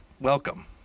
welcome